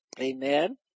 Amen